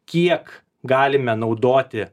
kiek galime naudoti